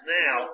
now